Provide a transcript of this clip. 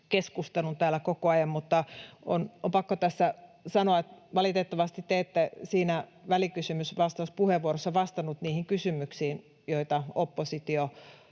keskustelun ajan, mutta on pakko tässä sanoa, että valitettavasti te ette siinä välikysymysvastauspuheenvuorossa vastannut niihin kysymyksiin, joita oppositio